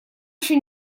еще